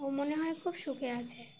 ও মনে হয় খুব সুখে আছে